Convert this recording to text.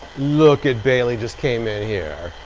look at bailey just came in here.